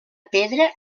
pedra